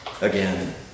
again